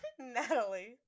natalie